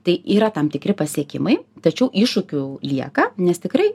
tai yra tam tikri pasiekimai tačiau iššūkių lieka nes tikrai